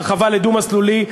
הרחבה לדו-מסלולי.